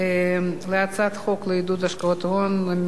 להצעת החוק לעידוד השקעות הון (תיקון